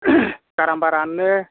गारामा रानो